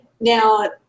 Now